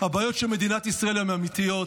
הבעיות של מדינת ישראל הן אמיתיות.